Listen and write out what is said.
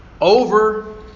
over